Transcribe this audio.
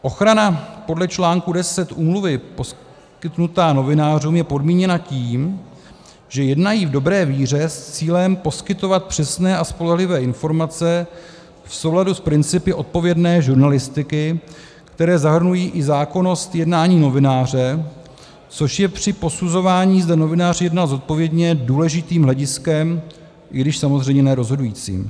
Ochrana podle článku 10 úmluvy poskytnutá novinářům je podmíněna tím, že jednají v dobré víře s cílem poskytovat přesné a spolehlivé informace v souladu s principy odpovědné žurnalistiky, které zahrnují i zákonnost jednání novináře, což je při posuzování, zda novinář jednal zodpovědně, důležitým hlediskem, i když samozřejmě ne rozhodujícím.